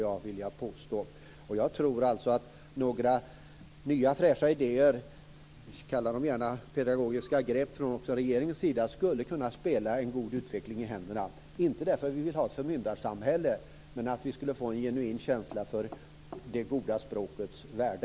Jag tror att några nya fräscha idéer - kalla dem gärna pedagogiska grepp från regeringens sida - skulle kunna spela en god utveckling i händerna, inte därför att vi vill ha ett förmyndarsamhälle men därför att vi skall få en genuin känsla för det goda språkets värde.